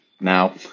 now